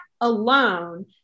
alone